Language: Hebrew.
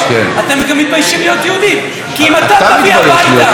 אתם מגיבים רק על מה שנוח.